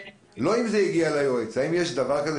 לא אם זה הגיע ליועץ האם יש דבר כזה